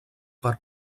per